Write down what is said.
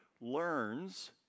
learns